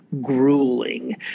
grueling